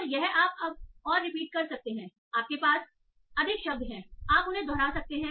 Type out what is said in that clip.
और यह आप अब और रिपीट कर सकते हैं आपके पास अधिक शब्द हैं आप उन्हें दोहराते रह सकते हैं